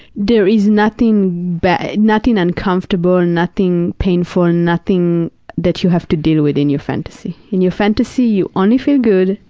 there is nothing but nothing uncomfortable, and nothing painful, and nothing that you have to deal with in your fantasy. in your fantasy, you only feel good,